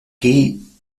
qui